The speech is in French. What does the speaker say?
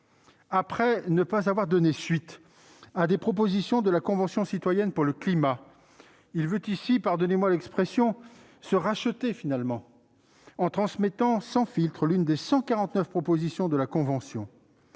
Après ne pas avoir donné suite à des propositions de la Convention citoyenne pour le climat, il veut ici, pardonnez-moi l'expression, « se racheter » en transmettant « sans filtre » l'une des 149 propositions de la Convention.